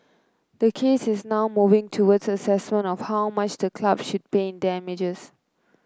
the case is now moving towards assessment of how much the club should pay in damages